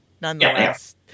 nonetheless